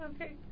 Okay